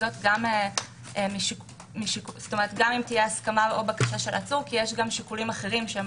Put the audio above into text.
וזאת גם אם תהיה הסכמה או בקשה של עצור כי יש גם שיקולים אחרים שהם